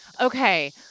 Okay